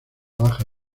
baja